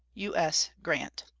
u s. grant.